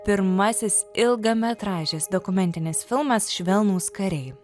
pirmasis ilgametražis dokumentinis filmas švelnūs kariai